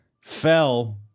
fell